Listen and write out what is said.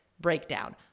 breakdown